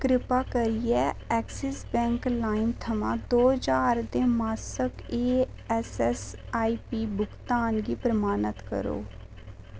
कृपा करियै Axis Bank लाइम थमां दो ज्हार दे मासक ऐस्सएस्सआईपी भुगतान गी प्रमाणत करो